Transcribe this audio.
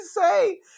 say